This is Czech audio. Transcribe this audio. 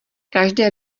každé